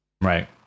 Right